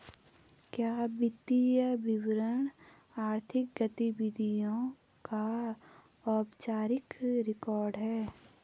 क्या वित्तीय विवरण आर्थिक गतिविधियों का औपचारिक रिकॉर्ड है?